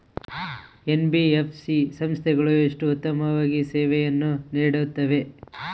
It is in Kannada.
ಎನ್.ಬಿ.ಎಫ್.ಸಿ ಸಂಸ್ಥೆಗಳು ಎಷ್ಟು ಉತ್ತಮವಾಗಿ ಸೇವೆಯನ್ನು ನೇಡುತ್ತವೆ?